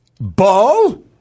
Ball